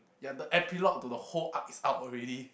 ya the epilogue to the whole arc is out already